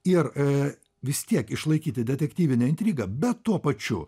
ir vis tiek išlaikyti detektyvinę intrigą bet tuo pačiu